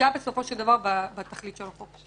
תפגעה בסופו של דבר בתכלית של החוק.